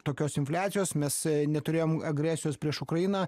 tokios infliacijos mes neturėjom agresijos prieš ukrainą